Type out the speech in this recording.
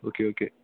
okay okay